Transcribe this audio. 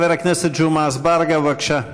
חבר הכנסת ג'מעה אזברגה, בבקשה.